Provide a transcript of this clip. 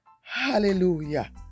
hallelujah